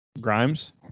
Grimes